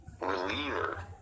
Reliever